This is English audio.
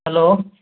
hello